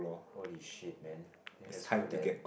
holy shit man then that's good leh